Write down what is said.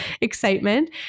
excitement